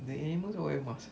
the animals all wear masks